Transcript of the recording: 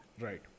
Right